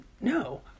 no